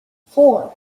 four